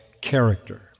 character